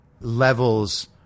levels